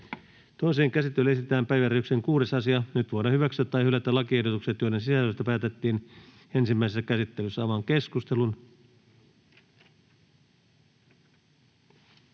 Toiseen käsittelyyn esitellään päiväjärjestyksen 4. asia. Nyt voidaan hyväksyä tai hylätä lakiehdotus, jonka sisällöstä päätettiin ensimmäisessä käsittelyssä. — Avaan keskustelun.